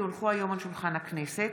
כי הונחו היום על שולחן הכנסת,